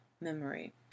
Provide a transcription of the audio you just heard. memory